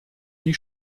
die